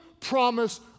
promise